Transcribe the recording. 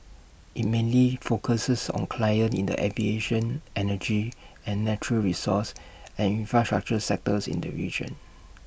IT mainly focuses on clients in the aviation energy and natural resources and infrastructure sectors in the region